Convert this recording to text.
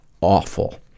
awful